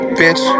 bitch